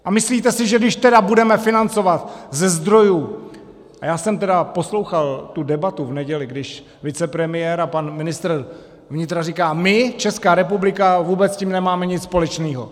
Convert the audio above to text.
A myslíte si, že když budeme financovat ze zdrojů a já jsem poslouchal debatu v neděli, když vicepremiér a pan ministr vnitra říkal: My, Česká republika, vůbec s tím nemáme nic společného.